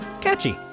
catchy